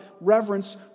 reverence